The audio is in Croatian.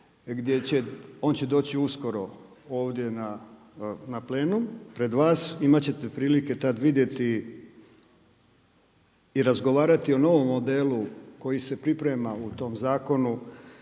on će doći uskoro ovdje na plenum pred vas, imat ćete prilike tad vidjeti i razgovarati o novom modelu koji se priprema u tom zakonu